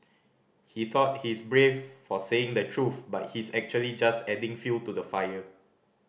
he thought he's brave for saying the truth but he's actually just adding fuel to the fire